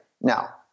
now